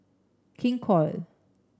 King Koil